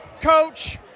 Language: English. Coach